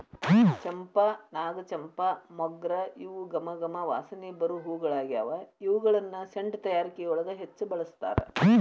ಚಂಪಾ, ನಾಗಚಂಪಾ, ಮೊಗ್ರ ಇವು ಗಮ ಗಮ ವಾಸನಿ ಬರು ಹೂಗಳಗ್ಯಾವ, ಇವುಗಳನ್ನ ಸೆಂಟ್ ತಯಾರಿಕೆಯೊಳಗ ಹೆಚ್ಚ್ ಬಳಸ್ತಾರ